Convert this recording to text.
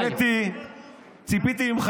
חייל מוסלמי,